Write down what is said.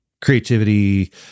creativity